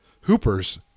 Hooper's